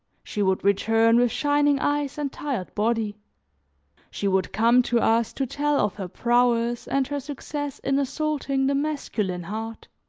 she would return with shining eyes and tired body she would come to us to tell of her prowess, and her success in assaulting the masculine heart.